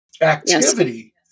activity